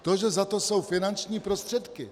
To, že za to jsou finanční prostředky?